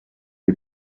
est